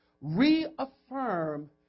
Reaffirm